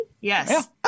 Yes